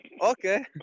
Okay